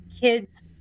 kids